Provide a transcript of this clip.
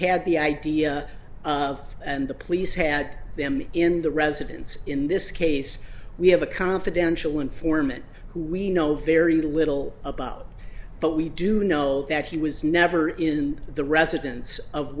had the idea of and the police had them in the residence in this case we have a confidential informant who we know very little about but we do know that he was never in the residence of